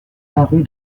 paru